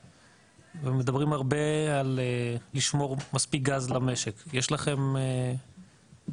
ומדברים הרבה על לשמור מספיק גז למשק יש לכם הערכות,